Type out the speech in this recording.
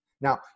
Now